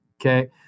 okay